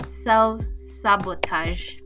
self-sabotage